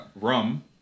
rum